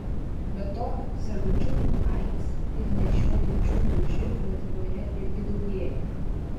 be to sergančiųjų aids ir nešiojančiųjų živ lietuvoje irgi daugėja